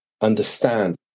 understand